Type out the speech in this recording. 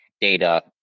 data